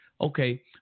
Okay